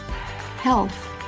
Health